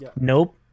nope